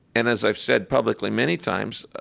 and as i've said publicly many times,